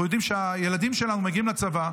אנחנו יודעים שהילדים שלנו מגיעים לצבא,